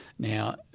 Now